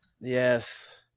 Yes